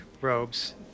robes